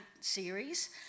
series